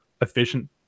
efficient